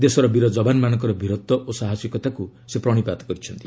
ଦେଶର ବୀର ଯବାନମାନଙ୍କର ବୀରତ୍ୱ ଓ ସାହସିକତାକୁ ସେ ପ୍ରଶିପାତ କରିଛନ୍ତି